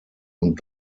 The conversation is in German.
und